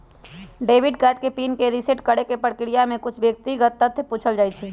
debit card के PIN के reset करेके प्रक्रिया में कुछ व्यक्तिगत तथ्य पूछल जाइ छइ